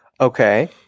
okay